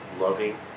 loving